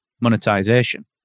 monetization